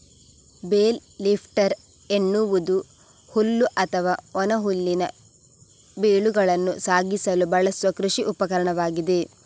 bale lifter ಎನ್ನುವುದು ಹುಲ್ಲು ಅಥವಾ ಒಣ ಹುಲ್ಲಿನ ಬೇಲುಗಳನ್ನು ಸಾಗಿಸಲು ಬಳಸುವ ಕೃಷಿ ಉಪಕರಣವಾಗಿದೆ